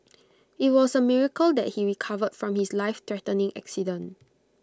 IT was A miracle that he recovered from his lifethreatening accident